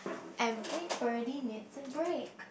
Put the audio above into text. everybody needs a break